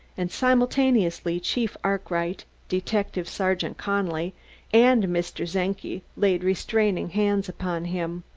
and simultaneously chief arkwright, detective-sergeant connelly and mr. czenki laid restraining hands upon him.